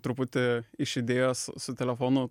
truputį iš idėjos su telefonu